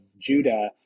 Judah